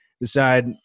decide